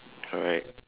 correct